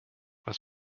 was